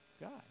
God